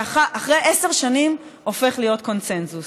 ואחרי עשר שנים הופך להיות קונסנזוס.